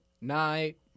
night